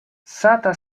sata